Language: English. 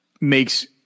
makes